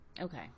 Okay